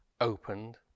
opened